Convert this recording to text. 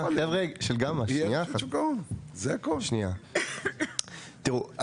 תראו,